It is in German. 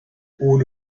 ohne